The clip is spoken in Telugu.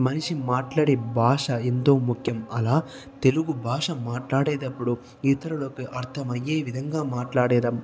మనిషి మాట్లాడే భాష ఎంతో ముఖ్యం అలా తెలుగు భాష మాట్లాడేటప్పుడు ఇతరులకు అర్ధమయ్యే విధంగా మాట్లాడడం